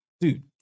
dude